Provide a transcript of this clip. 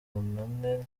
maganane